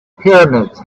pyramids